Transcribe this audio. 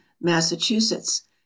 Massachusetts